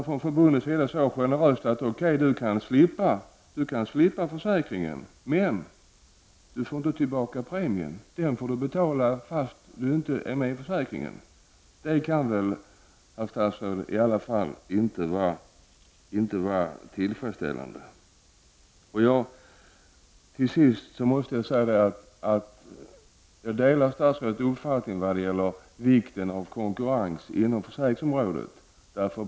Förbundets chef har sagt till medlemmen att han kan slippa försäkringen, men han får inte tillbaka premien utan får betala, även om han inte är med i försäkringen. Det kan väl, herr statsråd, i alla fall inte vara tillfredsställande. Till sist måste jag säga att jag delar statsrådets uppfattning om vikten av konkurrens inom försäkringsområdet.